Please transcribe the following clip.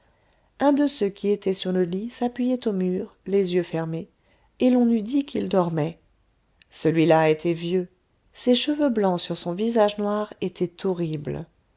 un de ceux qui étaient sur le lit s'appuyait au mur les yeux fermés et l'on eût dit qu'il dormait celui-là était vieux ses cheveux blancs sur son visage noir étaient horribles